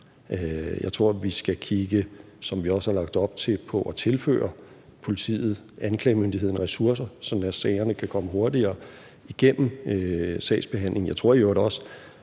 lagt op til, på at tilføre politiet og anklagemyndigheden ressourcer, sådan at sagerne kan komme hurtigere igennem sagsbehandlingen.